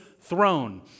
throne